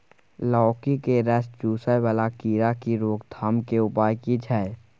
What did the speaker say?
लौकी के रस चुसय वाला कीरा की रोकथाम के उपाय की छै?